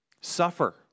suffer